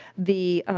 the